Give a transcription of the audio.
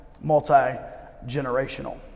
multi-generational